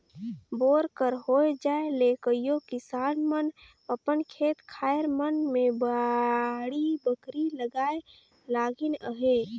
bore कर होए जाए ले कइयो किसान मन अपन खेते खाएर मन मे बाड़ी बखरी लगाए लगिन अहे